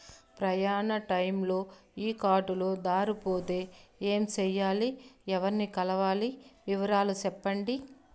ప్రయాణ టైములో ఈ కార్డులు దారబోతే ఏమి సెయ్యాలి? ఎవర్ని కలవాలి? వివరాలు సెప్పండి?